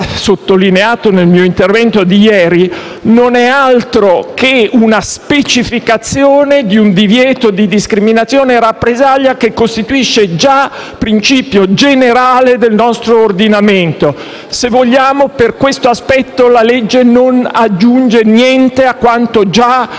sottolineato nel mio intervento di ieri: questa tutela non è altro che una specificazione di un divieto di discriminazione e rappresaglia che costituisce già principio generale del nostro ordinamento. Per questo aspetto la legge non aggiunge niente a quanto già